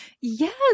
yes